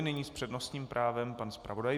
Nyní s přednostním právem pan zpravodaj.